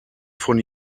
von